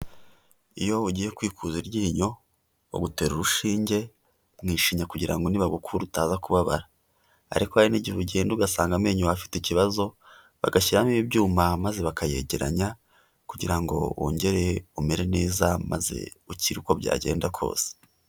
Iyo ugiye kwikuza iryinyo bagutera urushinge mu ishinya, kugira ngo nibagukura utaza kubabara, ariko hari n'igihe ugenda ugasanga amenyo yawe afite ikibazo bagashyiramo ibyuma, maze bakayegeranya kugira ngo wongere umere neza maze ukire uko byagenda kose.